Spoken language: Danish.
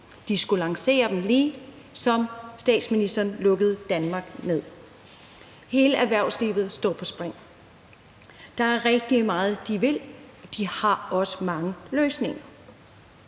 lige til at lancere dem, da statsministeren lukkede Danmark ned. Hele erhvervslivet står på spring. Der er rigtig meget, de vil, og de har også mange løsninger.